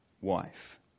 wife